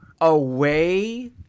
away